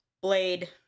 Blade